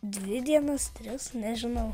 dvi dienas tris nežinau